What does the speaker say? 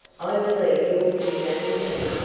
i believe you're kidnapping me.